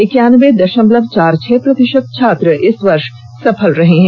इक्यानबे द मलव चार छह प्रति त छात्र इस वर्श सफल हुए हैं